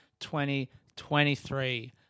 2023